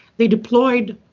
they deployed